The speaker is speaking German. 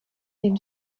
den